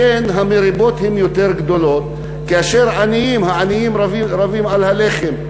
לכן המריבות הן יותר גדולות כאשר העניים רבים על הלחם.